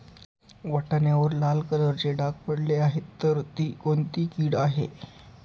वाटाण्यावर लाल कलरचे डाग पडले आहे तर ती कोणती कीड आहे?